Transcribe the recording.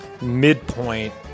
midpoint